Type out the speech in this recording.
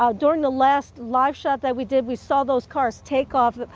um during the last live shot that we did we saw those cars take off.